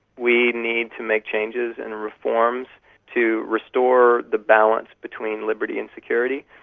we need to make changes and reforms to restore the balance between liberty and security.